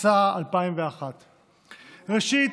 התשס"א 2001. ראשית,